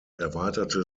erweiterte